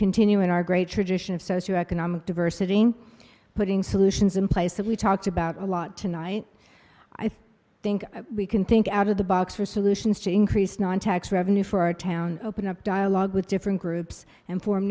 continue in our great tradition of socio economic diversity putting solutions in place that we talked about a lot tonight i think think we can think out of the box for solutions to increase non tax revenue for our town open up dialogue with different groups and form